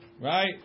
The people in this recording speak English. right